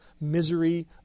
misery